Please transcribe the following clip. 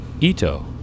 Ito